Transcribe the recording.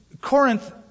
Corinth